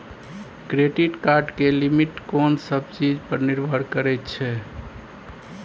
Credit card के limit कोन सब चीज पर निर्भर करै छै?